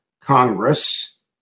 Congress